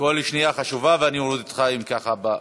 כל שנייה חשובה, ואני אוריד אותך אם כך בזמן.